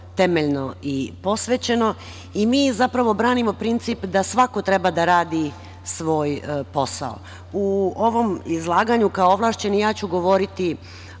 i posvećeno i mi zapravo branimo princip da svako treba da radi svoj posao.U ovom izlaganju, kao ovlašćeni, ja ću govoriti